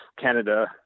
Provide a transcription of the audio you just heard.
Canada